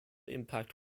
impact